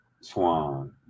swan